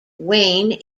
wayne